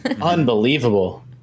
Unbelievable